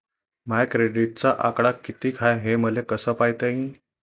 माया क्रेडिटचा आकडा कितीक हाय हे मले कस पायता येईन?